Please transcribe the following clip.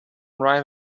right